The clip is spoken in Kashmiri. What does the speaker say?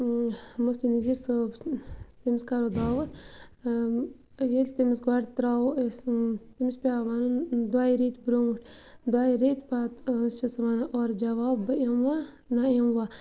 مُفتی نذیٖر صٲب تٔمِس کَرو دعوت ییٚلہِ تٔمِس گۄڈٕ ترٛاوو أسۍ تٔمِس پٮ۪وان وَنُن دۄیہِ ریٚتۍ برٛونٛٹھ دۄیہِ ریٚتۍ پَتہٕ چھُ سُہ وَنان اورٕ جَواب بہٕ یِموا نَہ یِموا